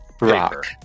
Rock